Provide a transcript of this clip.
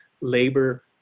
labor